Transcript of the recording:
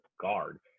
guard